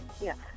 yes